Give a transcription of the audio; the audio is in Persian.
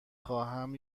خواهم